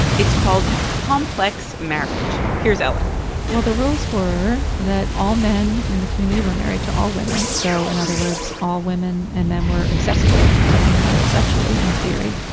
it's called complex marriage. here's ellen well, the rules were that all men in the community were married to all women. so, in other words, all women and men were accessible to one another sexually in theory.